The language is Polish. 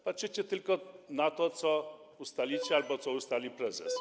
Patrzycie tylko na to, co ustalicie albo co ustali prezes.